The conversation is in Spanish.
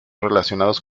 relacionados